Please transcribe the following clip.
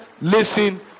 listen